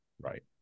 right